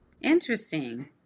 Interesting